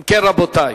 אם כן, רבותי,